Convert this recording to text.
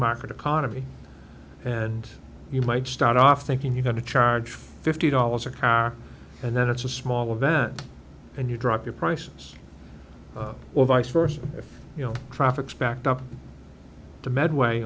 market economy and you might start off thinking you're going to charge fifty dollars a car and then it's a small event and you drop your prices or vice versa if you know traffic's backed up to medway